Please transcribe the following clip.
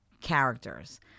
characters